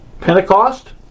Pentecost